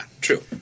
true